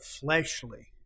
fleshly